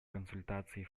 консультаций